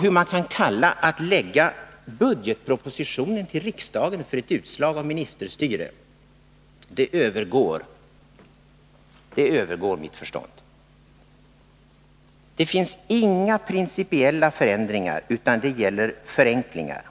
Hur man kan kalla att lägga fram budgetpropositionen för riksdagen för ett utslag av ministerstyre övergår mitt förstånd. Det finns inga principiella förändringar, utan det gäller förenklingar.